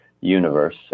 universe